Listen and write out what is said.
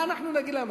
מה אנחנו נגיד להם?